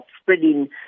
spreading